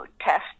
test